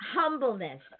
humbleness